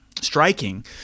striking